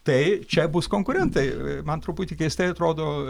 tai čia bus konkurentai man truputį keistai atrodo